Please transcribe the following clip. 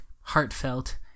heartfelt